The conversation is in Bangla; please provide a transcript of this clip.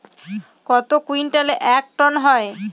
কত কুইন্টালে এক টন হয়?